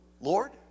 Lord